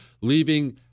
leaving